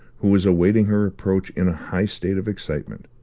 who was awaiting her approach in a high state of excitement.